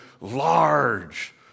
large